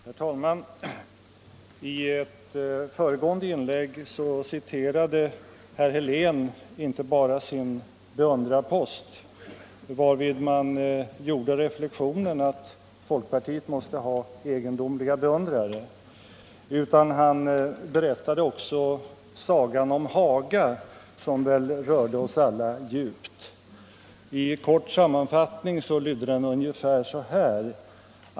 Herr talman! I ett föregående inlägg citerade Herr Helén inte bara sin beundrarpost — varvid man gjorde reflexionen att folkpartiet måste ha egendomliga beundrare — utan han berättade också Sagan om Haga, som väl rörde oss alla djupt. I kort sammanfattning lydde den ungefär så här: .